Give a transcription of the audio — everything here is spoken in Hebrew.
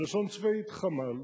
בלשון צבאית: חמ"ל.